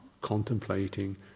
contemplating